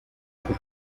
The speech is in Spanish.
que